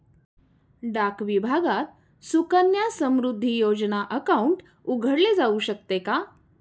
डाक विभागात सुकन्या समृद्धी योजना अकाउंट उघडले जाऊ शकते का?